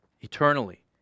Eternally